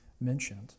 mentioned